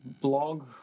blog